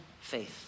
faith